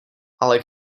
ale